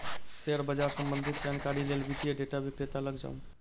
share बाजार सम्बंधित जानकारीक लेल वित्तीय डेटा विक्रेता लग जाऊ